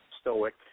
stoic